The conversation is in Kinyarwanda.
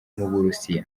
n’uburusiya